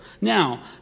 Now